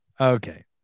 Okay